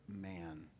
man